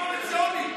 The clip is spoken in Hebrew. המשמעת הקואליציונית.